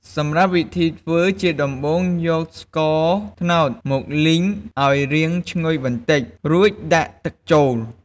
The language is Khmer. សម្រាប់វិធីធ្វើ ជាដំបូង យកស្ករត្នោតមកលីង ឱ្យរាងឈ្ងុយបន្តិច រួចដាក់ទឹកចូល។